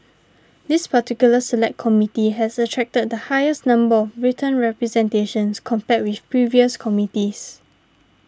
this particular Select Committee has attracted the highest number of written representations compared with previous committees